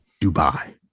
dubai